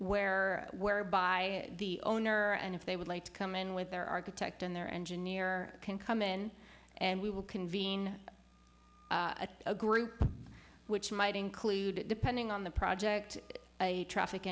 where whereby the owner and if they would like to come in with their architect and their engineer can come in and we will convene a group which might include depending on the project